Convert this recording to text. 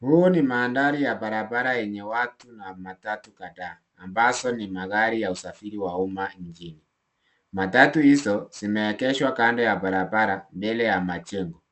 Huu ni mandhari ya barabara yenye watu na matatu kadhaa ambazo ni magari ya usafiri wa umma nchini. Matatu hizo zimeegeshwa kando ya barabara mbele ya majengo